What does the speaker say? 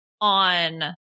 on